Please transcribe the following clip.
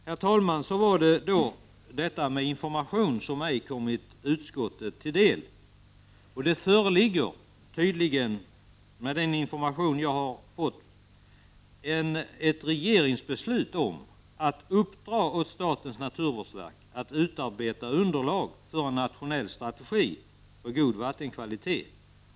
Herr talman! Så var det detta med information som ej kommit utskottet till del. Det föreligger tydligen enligt den information som jag har fått ett regeringsbeslut om att uppdra åt statens naturvårdsverk att utarbeta underlag för en nationell strategi för god vattenkvalitet.